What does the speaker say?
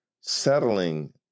settling